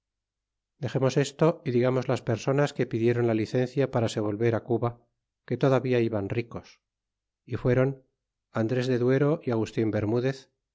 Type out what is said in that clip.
dexemos esto y digamos las personas que pidieron la licencia para se volver cuba que todavía iban ricos y fueron andrea de duero y agustin bermudez